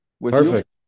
Perfect